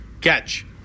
catch